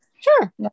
Sure